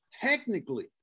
technically